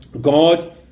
God